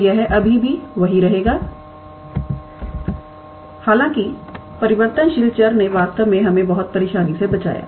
तो यह अभी भी वही रहेगा हालाँकि परिवर्तनशील चर ने वास्तव में हमें बहुत परेशानी से बचाया